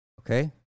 okay